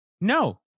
No